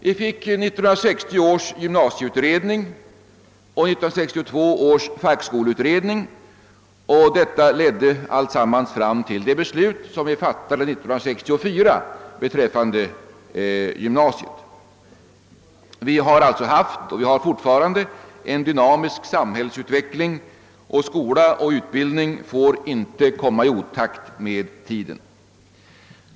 Vi fick 1960 års gymnasieutredning och 1962 års fackskoleutredning, och allt detta ledde fram till det beslut som vi fattade 1964 beträffande gymnasiet. Vi har alltså haft, och vi har fortfarande, en dynamisk samhällsutveckling, och skola och utbildning får inte komma i otakt med tiden.